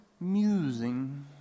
musing